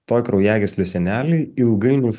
toj kraujagyslių sienelėj ilgainiui formuodamos